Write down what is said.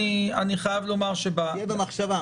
שיהיה במחשבה.